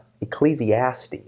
Ecclesiastes